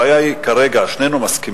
הבעיה היא כרגע, שנינו מסכימים: